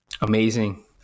amazing